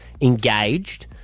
engaged